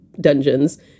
dungeons